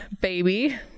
baby